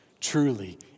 truly